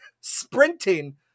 sprinting